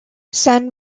san